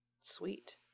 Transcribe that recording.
Sweet